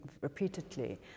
repeatedly